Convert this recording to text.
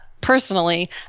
personally